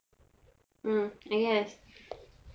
mm yes